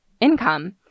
income